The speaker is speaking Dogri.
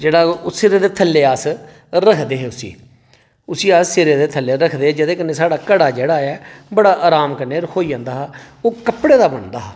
जेह्ड़ा ओह् सिरै दे थल्ले अस रखदे हे उसी उसी अस सिरै दे थल्ले रखदे हे जेह्दे कन्नै घड़ा साढ़ा जेह्ड़ा ऐ बड़ा आराम कन्नै रखोई जंदा हा ओह् कपड़ें कन्नै बनदा हा